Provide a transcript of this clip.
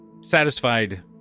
satisfied